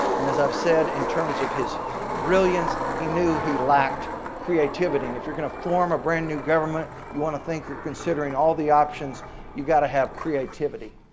and as i've said in terms of his brilliance he knew he lacked creativity and if you're going to form a brand-new government you want to think you're considering all the options you've got to had creativity.